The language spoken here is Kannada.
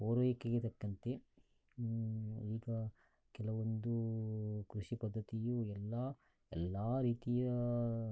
ಪೂರೈಕೆಗೆ ತಕ್ಕಂತೆ ಈಗ ಕೆಲವೊಂದು ಕೃಷಿ ಪದ್ಧತಿಯು ಎಲ್ಲ ಎಲ್ಲ ರೀತಿಯ